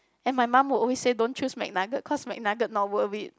and my mum will always say don't choose Mcnugget cause Mcnugget not worth it